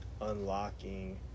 unlocking